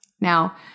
Now